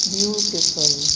Beautiful